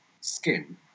skin